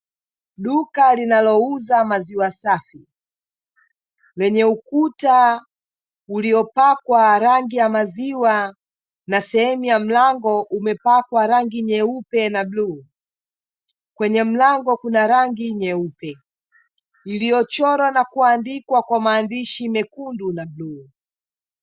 Duka linalouza maziwa safi lenye ukuta uliopakwa rangi ya maziwa na sehemu ya mlango umepakwa rangi nyeupe na bluu. Kwenye mlango kuna rangi nyeupe iliyochorwa na kuandikwa kwa maandishi mekundu na bluu.